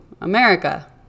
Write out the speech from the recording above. america